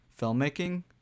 filmmaking